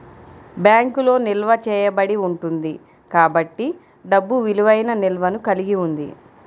బ్యాంకులో నిల్వ చేయబడి ఉంటుంది కాబట్టి డబ్బు విలువైన నిల్వను కలిగి ఉంది